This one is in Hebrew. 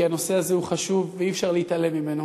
כי הנושא הזה הוא חשוב ואי-אפשר להתעלם ממנו,